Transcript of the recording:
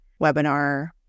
webinar